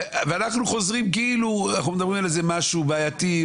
ואנחנו חוזרים כאילו אנחנו מדברים על משהו בעייתי,